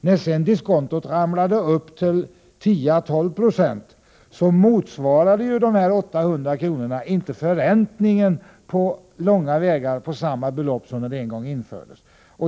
När sedan diskontot rusade upp till 10 å 12 20 motsvarade de 800 kronorna inte längre på långa vägar förräntningen på samma belopp som när avdraget en gång infördes.